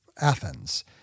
Athens